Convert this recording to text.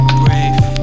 brave